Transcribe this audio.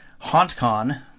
HauntCon